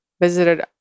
visited